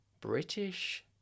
British